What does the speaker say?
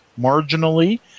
marginally